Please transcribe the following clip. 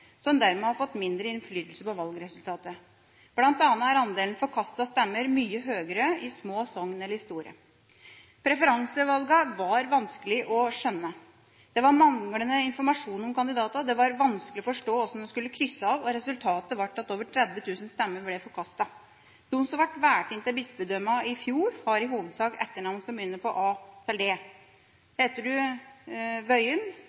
som dermed har fått mindre innflytelse på valgresultatet. Blant annet er andelen forkastede stemmer mye høyere i små sokn enn i store. Preferansevalgene var vanskelig å forstå. Det var manglende informasjon om kandidatene, det var vanskelig å forstå hvordan man skulle krysse av, og resultatet ble at over 30 000 stemmer ble forkastet. De som ble valgt inn til bispedømmene i fjor, har i hovedsak etternavn som begynner på bokstavene fra A til